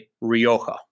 Rioja